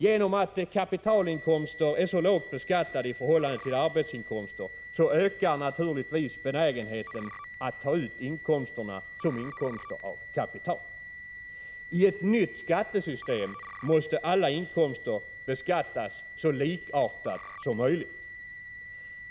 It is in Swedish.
Genom att kapitalinkomster är så lågt beskattade i förhållande till arbetsinkomster ökar naturligtvis benägenheten att ta ut inkomsterna som inkomster av kapital. I ett nytt skattesystem måste alla inkomster beskattas så likartat som möjligt.